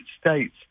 States